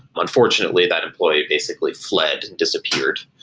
unfortunately, that employee basically fled and disappeared.